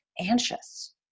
anxious